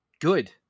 good